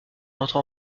entre